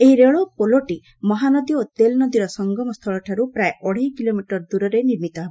ଏହି ରେଳ ପୋଲଟି ମହାନଦୀ ଓ ତେଲ ନଦୀର ସଙ୍ଗମ ସଙ୍ଗମ ପ୍ରାୟ ଅଢ଼େଇ କିଲୋମିଟର ଦୂରରେ ନିର୍ମିତ ହେବ